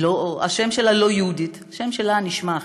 השם שלה לא יהודי, השם שלה נשמע אחרת,